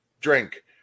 drink